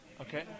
Okay